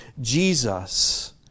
Jesus